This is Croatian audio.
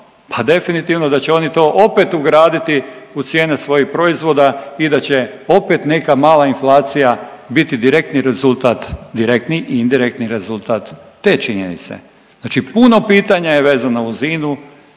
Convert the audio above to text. pa definitivno da će oni to opet ugraditi u cijene svojih proizvoda i da će opet neka mala inflacija biti direktni rezultat, direktni i indirektni rezultat te činjenice. Znači puno pitanja je vezano uz